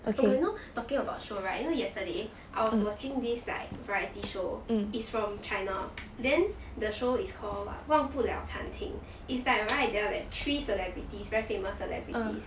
you know talking about show right you know yesterday I was watching this like variety show it's from china then the show is called what 忘不了餐厅 it's like right there are three celebrities very famous celebrities